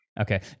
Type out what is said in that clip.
Okay